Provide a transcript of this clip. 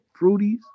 Fruities